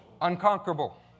Unconquerable